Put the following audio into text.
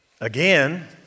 Again